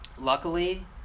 luckily